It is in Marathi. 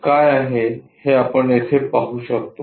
ते काय आहे हे आपण येथे पाहू शकतो